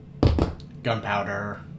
gunpowder